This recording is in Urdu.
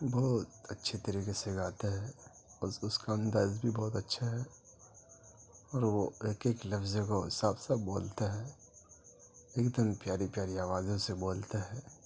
بہت اچھے طریقے سے گاتا ہے اور اس کا انداز بھی بہت اچھا ہے اور وہ ایک ایک لفظ کو صاف صاف بولتا ہے ایک دم پیاری پیاری آوازوں سے بولتا ہے